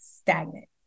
stagnant